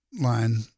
line